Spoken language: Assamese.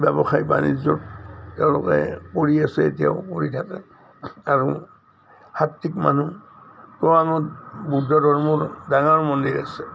ব্যৱসায় বাণিজ্যত তেওঁলোকে কৰি আছে এতিয়াও কৰি থাকে আৰু সাত্তিক মানুহ বুদ্ধ ধৰ্মৰ ডাঙৰ মন্দিৰ আছে